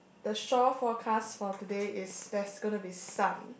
the shore forecast for today is there's gonna be sun